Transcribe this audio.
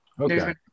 okay